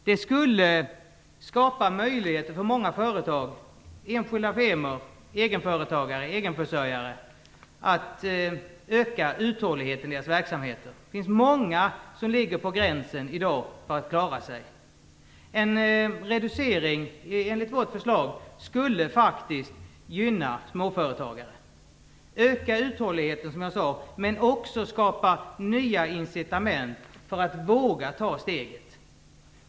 Det skulle skapa möjlighet för många företag, enskilda firmor, egenföretagare och egenförsörjare att öka uthålligheten i verksamheten. Det finns många som i dag ligger på gränsen för vad de klarar. En reducering enligt vårt förslag skulle faktiskt gynna småföretagare, öka uthålligheten men också skapa nya incitament för att våga ta steget.